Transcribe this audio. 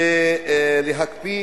על הקפאת